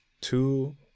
two